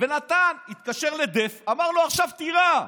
התקשר לדף, אמר לו: עכשיו תירה.